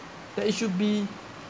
there it should be